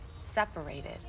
separated